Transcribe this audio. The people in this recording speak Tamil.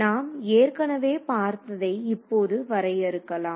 நாம் ஏற்கனவே பார்த்ததை இப்போது வரையறுக்கலாம்